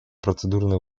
процедурные